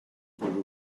bwrw